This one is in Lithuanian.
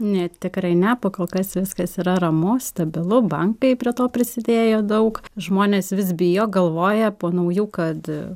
ne tikrai ne kol kas viskas yra ramu stabilu bankai prie to prisidėjo daug žmonės vis bijo galvoja po naujų kad